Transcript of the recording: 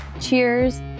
cheers